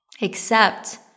Accept